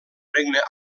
regne